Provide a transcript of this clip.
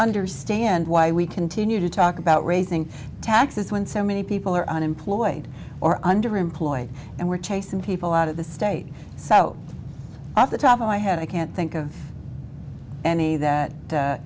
understand why we continue to talk about raising taxes when so many people are unemployed or underemployed and we're chasing people out of the state so off the top of my head i can't think of any that